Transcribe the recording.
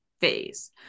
phase